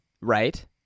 right